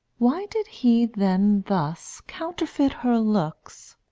why did he then thus counterfeit her looks?